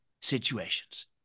situations